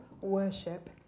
worship